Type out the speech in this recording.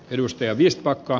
arvoisa puhemies